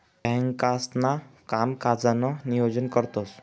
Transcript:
बँकांसणा कामकाजनं नियोजन करतंस